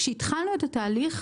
כשהתחלנו את התהליך,